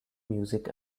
music